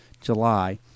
July